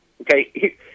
okay